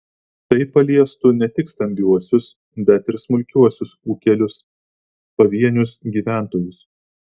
tai paliestų ne tik stambiuosius bet ir smulkiuosius ūkelius pavienius gyventojus